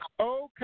Okay